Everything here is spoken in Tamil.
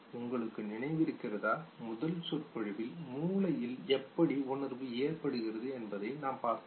உங்களுக்கு நினைவிருக்கிறதா முதல் சொற்பொழிவில் மூளையில் எப்படி உணர்வு ஏற்படுகிறது என்பதைப் பற்றி நாம் பார்த்தோம்